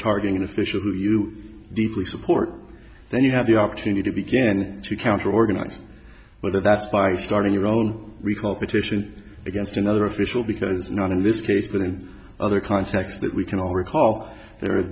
targeting official who you deeply support then you have the opportunity to began to counter organize whether that's by starting your own recall petition against another official because not in this case but in other contexts that we can all recall there